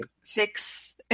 fix